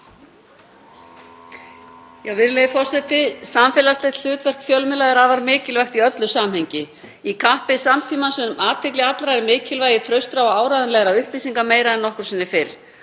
Virðulegi forseti. Samfélagslegt hlutverk fjölmiðla er afar mikilvægt í öllu samhengi. Í kappi samtímans um athygli allra er mikilvægi traustra og áreiðanlegra upplýsinga meira en nokkru sinni fyrr.